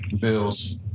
Bills